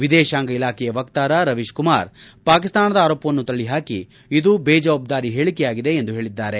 ವಿದೇಶಾಂಗ ಇಲಾಖೆಯ ವಕ್ತಾರ ರವೀಶ್ ಕುಮಾರ್ ಪಾಕಿಸ್ತಾನದ ಆರೋಪವನ್ನು ತಳ್ಳಿಹಾಕಿ ಇದು ಬೇಜವಾಬ್ಗಾರಿ ಹೇಳಿಕೆಯಾಗಿದೆ ಎಂದು ಹೇಳಿದ್ಲಾರೆ